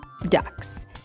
ducks